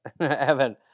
Evan